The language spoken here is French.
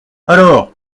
alors